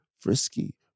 frisky